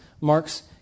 Mark's